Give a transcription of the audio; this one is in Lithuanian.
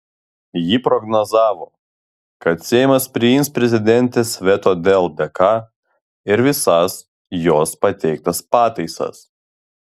ji prognozavo kad seimas priims prezidentės veto dėl dk ir visas jos pateiktas pataisas